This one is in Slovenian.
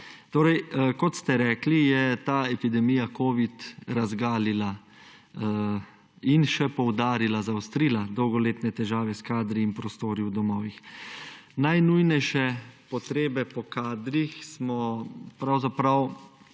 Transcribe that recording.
Kot ste rekli, je ta epidemija covida razgalila in še poudarila, zaostrila, dolgoletne težave s kadri in prostori v domovih. Najnujnejše potrebe po kadrih smo pravzaprav